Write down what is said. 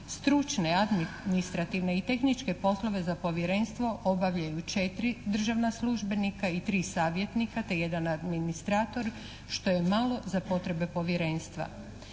Stručne, administrativne i tehničke poslove za Povjerenstvo obavljaju četiri državna službenika i tri savjetnika te jedan administrator što je malo za potrebe Povjerenstva.